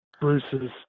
Bruce's